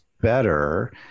better